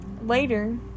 later